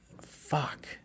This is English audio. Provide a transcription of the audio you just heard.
fuck